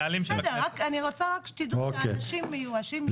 אני רוצה רק שתדעו שהאנשים מיואשים.